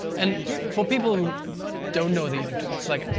and for people who don't know the young turks like